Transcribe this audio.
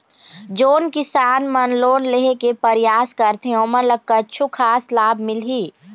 जोन किसान मन लोन लेहे के परयास करथें ओमन ला कछु खास लाभ मिलही?